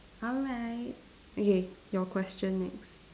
alright okay your question next